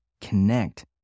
connect